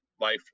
life